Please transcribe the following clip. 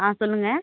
ஆ சொல்லுங்கள்